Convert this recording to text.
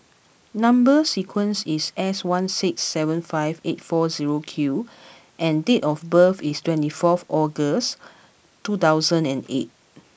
number sequence is S one six seven five eight four zero Q and date of birth is twenty fourth August two thousand and eight